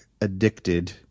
addicted